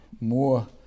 more